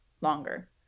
longer